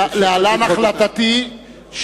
להלן החלטתי,